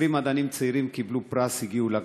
20 מדענים צעירים קיבלו פרס, הגיעו לגמר.